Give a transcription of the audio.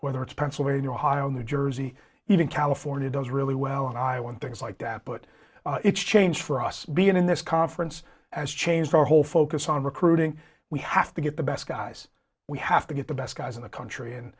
whether it's pennsylvania ohio new jersey even california does really well and i want things like that but it's change for us being in this conference has changed our whole focus on recruiting we have to get the best guys we have to get the best guys in the country and